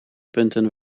punten